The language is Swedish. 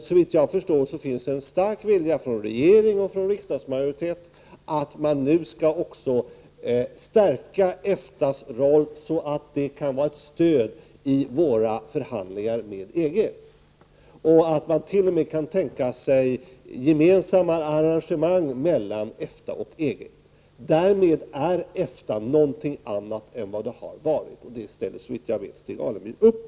Såvitt jag förstår finns nu en stark vilja från regering och riksdagsmajoritet att man skall stärka EFTA:s roll så att det kan vara ett stöd i våra förhandlingar med EG. T.o.m. kan man tänka sig gemensamma arrangemang mellan EFTA och EG. Därmed är EFTA någonting annat än vad det har varit. Det ställer sig, såvitt jag förstår, Stig Alemyr bakom.